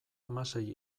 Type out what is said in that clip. hamasei